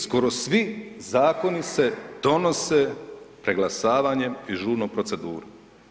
Svi, skoro svi zakoni se donose preglasavanjem i žurnom procedurom.